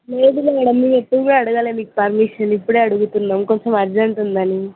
లేదు మ్యాడమ్ మేము ఎక్కువగా అడగలేదు మీకు పర్మిషన్ ఇప్పుడే అడుగుతున్నాం కొంచం అర్జెంట్ ఉందని